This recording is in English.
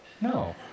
No